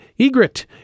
Egret